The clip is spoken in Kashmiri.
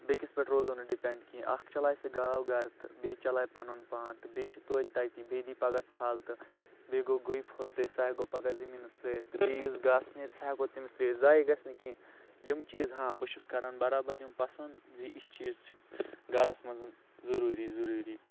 بیٚیِس پٮ۪ٹھ روزو نہٕ ڈِپینٛڈ کیٚنٛہہ اَکھ چَلایہِ سۅ گاو گَرٕ تہٕ بیٚیہِ چَلایہِ پَنُن پان تہِ بیٚیہِ چھِ توتہِ تَتہِ بیٚیہِ دِیہِ پَگاہ ژَھَل تہٕ بیٚیہِ گوٚو گُہہ پھوٚت تہِ سٔہ ہٮ۪کو پَگاہ زٔمیٖنَس ترٛٲوِتھ تہٕ بیٚیہِ یُس گاسہٕ نیرِ سٔہ ہٮ۪کو تٔمِس ترٛٲوِتھ ضایہِ گَژھِ نہٕ کیٚنٛہہ یِم چیٖز ہاں بہٕ چھُس کَران بَرابر یِم پَسَنٛد زِ یِتھۍ چیٖز چھِ گَرَس منٛز ضروٗری ضروٗری